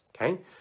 Okay